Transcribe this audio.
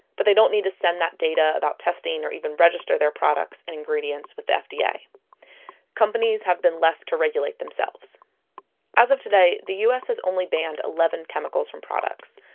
but they don't need to send data about testing or even register their products and ingredients with the fda. yeah companies have been left to regulate themselves as of today, the us has only banned eleven chemicals from products.